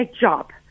job